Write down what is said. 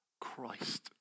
Christ